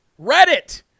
reddit